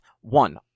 one